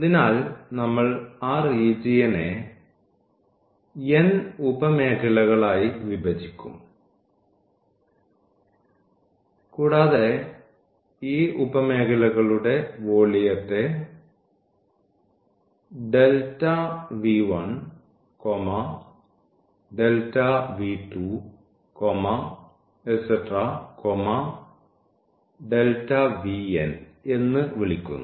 അതിനാൽ നമ്മൾ ആ റീജിയനെ n ഉപ മേഖലകളായി വിഭജിക്കും കൂടാതെ ഈ ഉപമേഖലകളുടെ വോള്യത്തെ ഈ എന്ന് വിളിക്കുന്നു